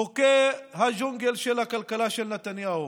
חוקי הג'ונגל של הכלכלה של נתניהו,